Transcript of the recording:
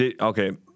Okay